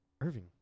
Irving